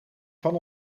van